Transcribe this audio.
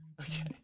Okay